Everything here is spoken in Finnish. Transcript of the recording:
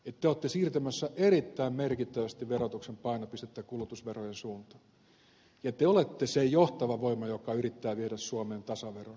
te olette siirtämässä erittäin merkittävästi verotuksen painopistettä kulutusverojen suuntaan ja te olette se johtava voima joka yrittää viedä suomen tasaveroon